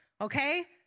Okay